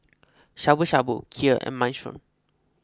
Shabu Shabu Kheer and Minestrone